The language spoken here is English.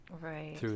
right